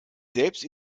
selbst